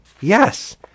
Yes